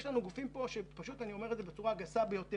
לעומתם יש לנו פה גופים ואני אומר את זה בצורה הגסה ביותר